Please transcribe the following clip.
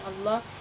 Allah